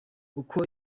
uko